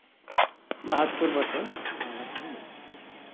ᱵᱟᱦᱟᱛᱛᱳᱨ ᱵᱚᱪᱷᱚᱨ ᱵᱟᱝ ᱠᱟᱛᱮᱧ ᱞᱟᱹᱭ ᱠᱮᱫᱟ